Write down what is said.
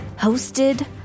hosted